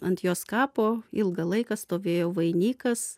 ant jos kapo ilgą laiką stovėjo vainikas